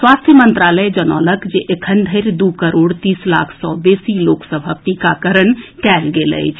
स्वास्थ्य मंत्रालय जनौलक जे एखन धरि दू करोड़ तीस लाख सँ बेसी लोक सभक टीकाकरण कयल गेल अछि